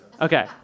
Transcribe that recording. Okay